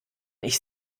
ich